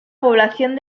población